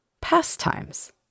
pastimes